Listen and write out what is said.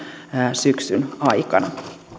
syksyn aikana